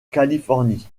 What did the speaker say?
californie